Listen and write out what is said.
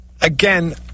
Again